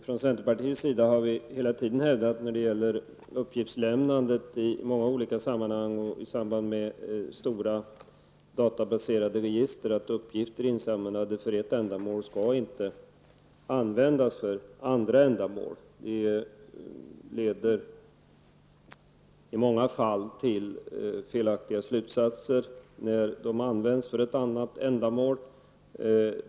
Från centerpartiets sida har vi när det gäller uppgiftslämnandet i samband med stora databaserade register i många olika sammanhang hävdat att uppgifter insamlade för ett ändamål inte skall användas för andra ändamål. Det leder i många fall till felaktiga slutsatser när uppgifterna används för ett annat ändamål.